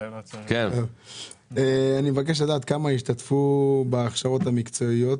כמה השתתפו בהכשרות המקצועיות?